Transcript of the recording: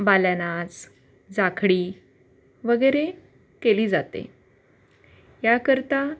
बाल्या नाच जाखडी वगैरे केली जाते याकरता